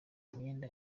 imyenda